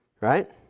right